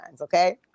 okay